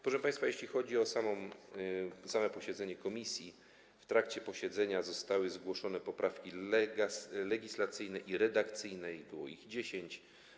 Proszę państwa, jeśli chodzi o posiedzenie komisji, w trakcie posiedzenia zostały zgłoszone poprawki legislacyjnie i redakcyjne, było ich 10.